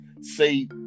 say